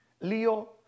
Leo